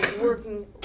working